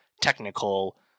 technical